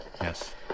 Yes